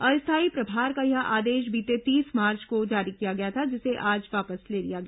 अस्थायी प्रभार का यह आदेश बीते तीस मार्च को जारी किया गया था जिसे आज वापस ले लिया गया